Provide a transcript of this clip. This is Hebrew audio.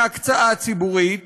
מהקצאה ציבורית